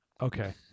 Okay